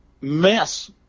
mess